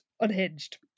unhinged